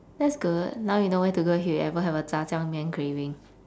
that's good now you know where to go if you ever have a 炸酱面 craving